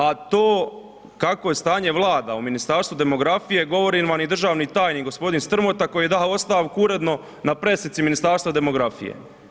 A to kakvo stanje vlada u Ministarstvu demografije govori vam i državni tajnik g. Strmota koji je dao ostavku uredno na pressici Ministarstva demografije.